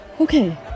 Okay